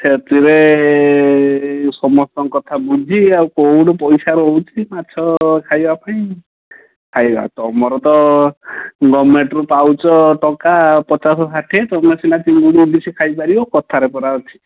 ସେଥିରେ ସମସ୍ତଙ୍କ କଥା ବୁଝି ଆଉ କେଉଁଠୁ ପଇସା ରହୁଛି ମାଛ ଖାଇବା ପାଇଁ ଖାଇବା ତୁମର ତ ଗଭର୍ଣ୍ଣମେଣ୍ଟରୁ ପାଉଛ ଟଙ୍କା ପଚାଶ ଷାଠିଏ ତୁମେ ସିନା ଚିଙ୍ଗୁଡ଼ି ଇଲିସି ଖାଇପାରିବ କଥାରେ ପରା ଅଛି